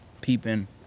peeping